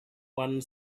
one